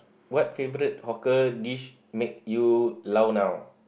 what favourite hawker dish make you lao nua